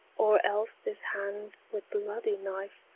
or else this hand with bloody knife,